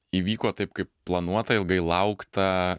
įvyko taip kaip planuota ilgai laukta